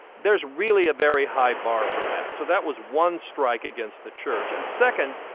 there's really a very high bar for that. so that was one strike against the church. and second,